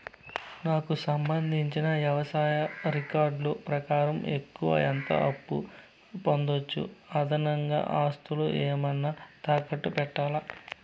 నాకు సంబంధించిన వ్యవసాయ రికార్డులు ప్రకారం ఎక్కువగా ఎంత అప్పు పొందొచ్చు, అదనంగా ఆస్తులు ఏమన్నా తాకట్టు పెట్టాలా?